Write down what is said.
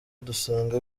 dusanga